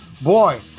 Boy